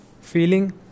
feeling